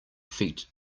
feet